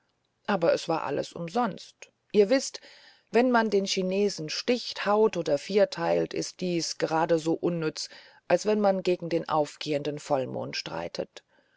aber das war alles umsonst ihr wißt wenn man den chinesen sticht haut oder vierteilt ist dies geradeso unnütz als wenn man gegen den aufgehenden vollmond streitet